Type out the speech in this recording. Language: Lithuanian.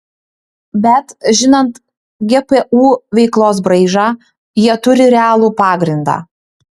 bet žinant gpu veiklos braižą jie turi realų pagrindą